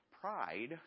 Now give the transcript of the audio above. Pride